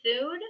food